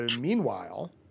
meanwhile